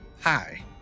Hi